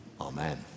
Amen